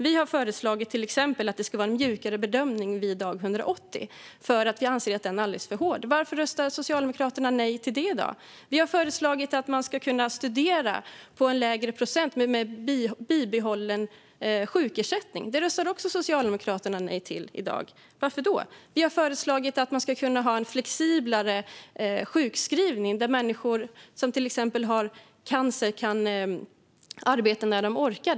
Vi har till exempel föreslagit att det ska vara en mjukare bedömning vid dag 180, för vi att anser att den är alldeles för hård. Varför röstar Socialdemokraterna nej till det? Vi har föreslagit att man ska kunna studera på en lägre procent med bibehållen sjukersättning. Det röstar Socialdemokraterna också nej till i dag. Varför då? Vi har föreslagit att man ska kunna ha en flexiblare sjukskrivning där människor som till exempel har cancer kan arbeta när de orkar.